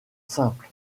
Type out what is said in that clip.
simple